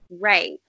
right